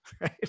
right